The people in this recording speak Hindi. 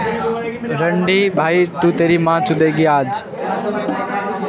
जमा और निवेश के अवसरों के बारे में बताएँ?